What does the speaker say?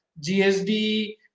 GSD